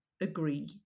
agree